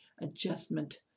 adjustment